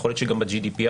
יכול להיות שגם ב-GDPR.